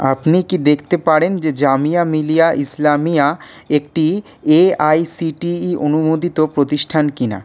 আপনি কি দেখতে পারেন যে জামিয়া মিলিয়া ইসলামিয়া একটি এআইসিটিই অনুমোদিত প্রতিষ্ঠান কি না